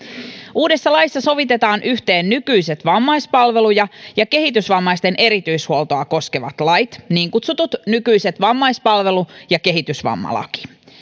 uudessa laissa sovitetaan yhteen nykyiset vammaispalveluja ja kehitysvammaisten erityishuoltoa koskevat lait niin kutsutut nykyiset vammaispalvelu ja kehitysvammalaki